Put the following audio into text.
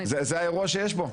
זה האירוע שיש פה.